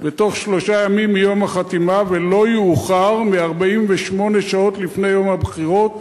בתוך שלושה ימים מיום החתימה ולא יאוחר מ-48 שעות לפני יום הבחירות